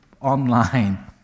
online